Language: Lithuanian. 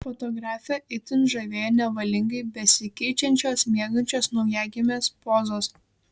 fotografę itin žavėjo nevalingai besikeičiančios miegančios naujagimės pozos